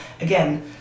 again